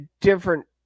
different